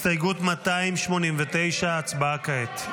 וכעת?